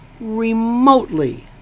remotely